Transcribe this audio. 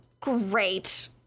great